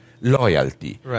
loyalty